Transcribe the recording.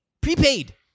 prepaid